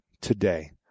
today